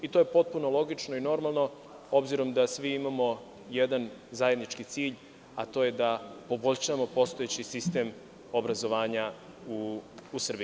I to je potpuno logično i normalno, obzirom da svi imamo jedan zajednički cilj, a to je da poboljšamo postojeći sistem obrazovanja u Srbiji.